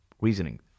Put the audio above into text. reasoning